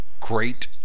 great